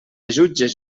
jutges